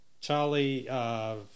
Charlie